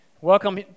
Welcome